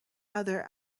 other